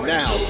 now